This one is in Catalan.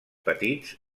petits